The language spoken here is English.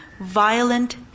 violent